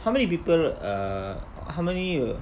how many people uh how many y~